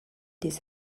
des